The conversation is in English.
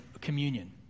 communion